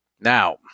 Now